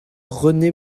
rené